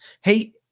Hey